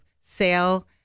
sale